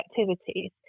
activities